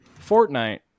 fortnite